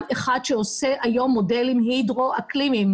אחד שעושה היום מודלים הידרו-אקלימיים.